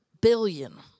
billion